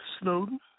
Snowden